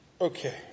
Okay